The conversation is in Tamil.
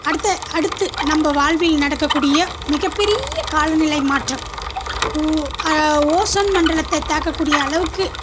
அடுத்த அடுத்து நம்ப வாழ்வில் நடக்கக்கூடிய மிகப்பெரிய காலநிலை மாற்றம் ஓசோன் மண்டலத்தை தாக்க கூடிய அளவுக்கு